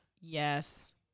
Yes